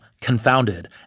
confounded